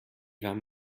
warm